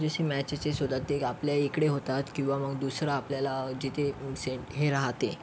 जशी मॅचेसेस होतात ते आपल्या इकडे होतात किंवा मग दुसरं आपल्याला जिथे सें हे राहते